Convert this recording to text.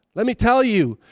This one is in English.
let me tell you.